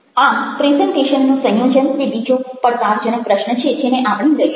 આમ પ્રેઝન્ટેશનનું સંયોજન તે બીજો પડકારજનક પ્રશ્ન છે જેને આપણે લઇશું